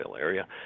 area